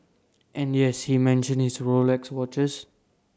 and yes he mentions his Rolex watches